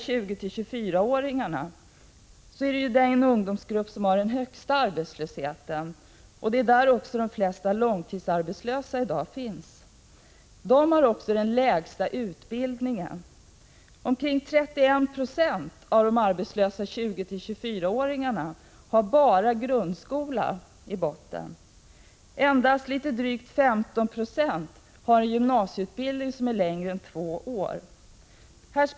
20-24-åringarna är den grupp som har den högsta arbetslösheten. I den gruppen finns de flesta långtidsarbetslösa. De ungdomarna har också den lägsta utbildningen. Omkring 31 26 av de arbetslösa 20-24-åringarna har bara grundskola. Endast drygt 15 90 har en gymnasieutbildning som är längre än två år.